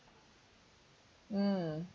mm